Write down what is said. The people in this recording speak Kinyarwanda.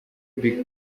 big